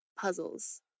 puzzles